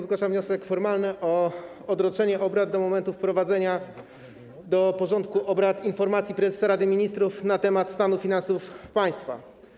Zgłaszam wniosek formalny o odroczenie obrad do momentu wprowadzenia do porządku obrad informacji prezesa Rady Ministrów na temat stanu finansów państwa.